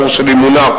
הערעור שלי מונח.